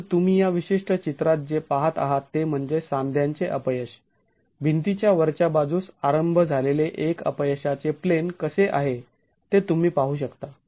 परंतु तुम्ही या विशिष्ट चित्रात जे पाहत आहात ते म्हणजे सांध्यांचे अपयश भिंतीच्या वरच्या बाजूस आरंभ झालेले एक अपयशाचे प्लेन कसे आहे ते तुम्ही पाहू शकता